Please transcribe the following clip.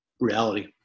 reality